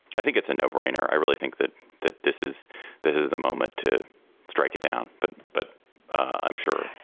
i think it's a no brainer. i really think that that this is this is the moment to strike it down. but but i'm sure.